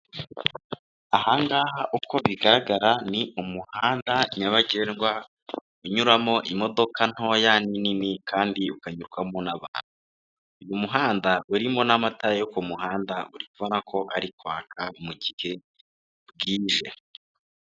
Aha ngaha uko bigaragara ni umuhanda nyabagendwa, unyuramo imodoka ntoya n'inini kandi ukanyurwamo n'abantu, uyu muhanda urimo n'amatara yo ku muhanda uri kubona ko ari kwaka mu gihe bwije.